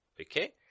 Okay